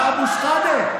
אבו שחאדה,